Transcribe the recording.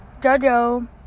Jojo